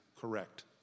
correct